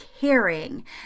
caring